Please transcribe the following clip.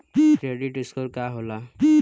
Credit score का होला?